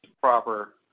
Proper